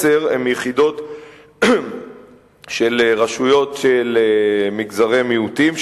עשר הן יחידות של רשויות ממגזרי המיעוטים,